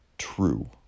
true